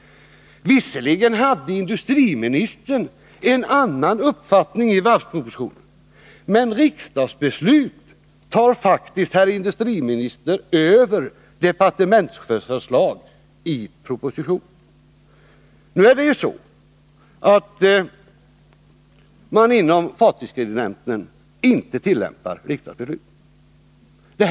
Visserligen hade industriministern en annan uppfattning i varvspropositionen, men riksdagsbeslut tar faktiskt, herr industriminister, över departementschefsförslagi propositionen. Nu är det ju så, att man inom fartygskreditnämnden inte tillämpar riksdagsbeslutet.